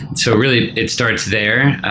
so really, it starts there.